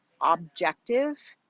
objective